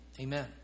amen